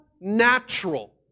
natural